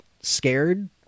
scared